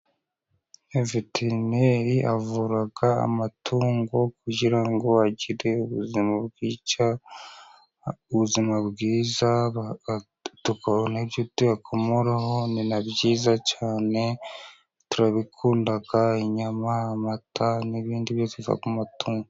Veterineri avura amatungo, kugira ngo agire ubuzima bwiza tukabona ibyo tuyakomoraho, ni na byiza cyane, turabikunda inyama, amata, n'ibindi byiza biva ku matungo.